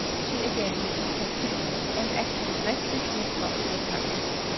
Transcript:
she again lifted her kimono, and acted it recklessly across the apartment.